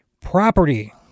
property